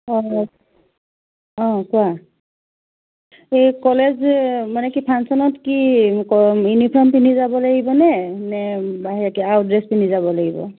অ' কোৱা এই কলেজ যে মানে কি ফাংশ্যনত কি ইউনিফৰ্ম পিন্ধি যাব লাগিব নে নে বাহিৰা আউট ড্ৰেছ পিন্ধি যাব লাগিব